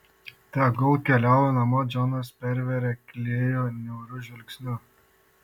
tegul keliauja namo džonas pervėrė klėjų niauriu žvilgsniu